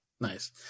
Nice